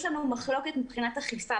יש לנו מחלוקת מבחינת אכיפה.